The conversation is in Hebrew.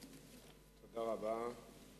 תודה רבה.